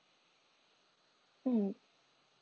mm